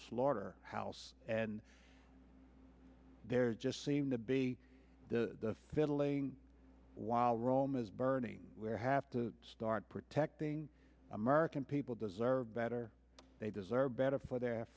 slaughter house and there's just seem to be the ventilating while rome is burning we're have to start protecting american people deserve better they deserve better for their